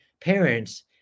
parents